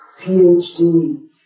PhD